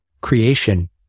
creation